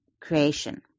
creation